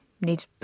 need